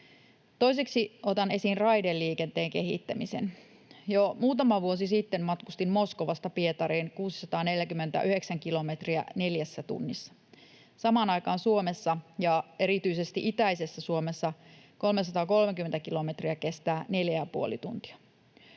Toiseksi otan esiin raideliikenteen kehittämisen. Jo muutama vuosi sitten matkustin Moskovasta Pietariin 649 kilometriä neljässä tunnissa. Samaan aikaan Suomessa, ja erityisesti itäisessä Suomessa, 330 kilometriä kestää neljä